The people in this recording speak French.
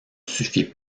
suffit